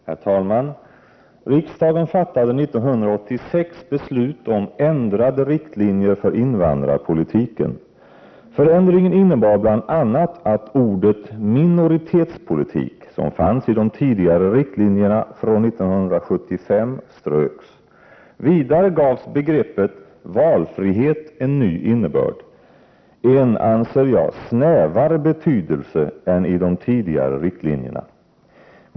Herr talman! Riksdagen fattade 1986 beslut om ändrade riktlinjer för invandrarpolitiken. Förändringen innebar bl.a. att ordet ”minoritetspolitik”, som fanns i de tidigare riktlinjerna från 1975, ströks. Vidare gavs begreppet ”valfrihet” en ny innebörd — en, anser jag, snävare betydelse än i de tidigare riktlinjerna.